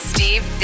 Steve